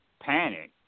panicked